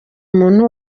umuntu